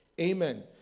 Amen